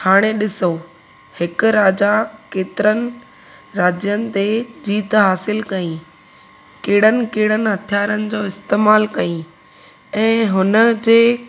हाणे ॾिसो हिक राजा केतिरनि राज्यनि ते जीत हासिल कईं कहिड़नि कहिड़नि हथियारनि जो इस्तेमालु कयईं ऐं हुनजे